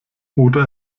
oder